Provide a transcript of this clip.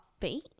upbeat